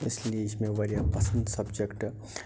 اِس لیے یہِ چھِ مےٚ وارِیاہ پسنٛد سبجکٹ